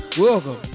welcome